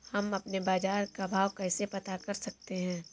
हम अपने बाजार का भाव कैसे पता कर सकते है?